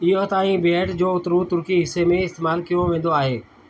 इहो ताईं बेट जो उतरु तुर्की हिसे में इस्तेमालु कयो वेंदो आहे